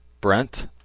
Brent